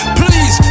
please